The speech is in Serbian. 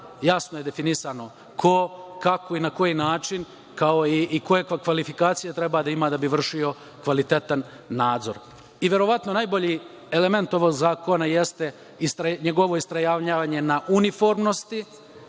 Jasno je definsano ko, kako i na koji način, kao i koje kvalifikacije treba da ima da bi vršio kvalitetan nadzor. Verovatno najbolji element ovog zakona jeste njegovo istrajavanje na uniformnosti,